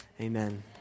Amen